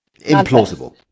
implausible